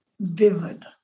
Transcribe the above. vivid